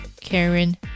Karen